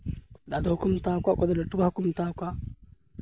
ᱫᱟᱹᱫᱩ ᱦᱚᱸᱠᱚ ᱢᱮᱛᱟᱣ ᱠᱚᱣᱟ ᱚᱠᱚᱭ ᱫᱚ ᱞᱟᱹᱴᱩᱵᱟ ᱦᱚᱸᱠᱚ ᱢᱮᱛᱟᱣ ᱠᱚᱣᱟ